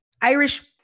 Irish